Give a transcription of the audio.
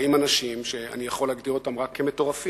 באים אנשים, שאני יכול להגדיר אותם רק מטורפים,